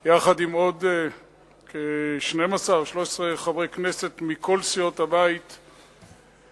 עם עוד 13-12 חברי כנסת מכל סיעות הבית מדברת,